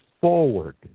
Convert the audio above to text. forward